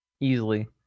Easily